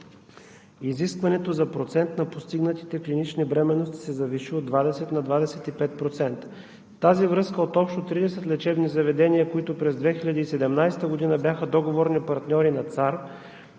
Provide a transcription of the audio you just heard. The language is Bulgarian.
изискването за процента на постигнатите клинични бременности се завиши от 20 на 25%. В тази връзка от общо 30 лечебни заведения, които през 2017 г. бяха договорни партньори на ЦАР,